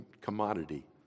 commodity